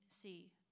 see